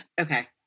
Okay